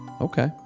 Okay